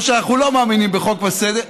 או שאנחנו לא מאמינים בחוק וסדר.